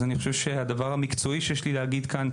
אז הדבר המקצועי שיש לי להגיד כאן,